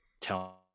tell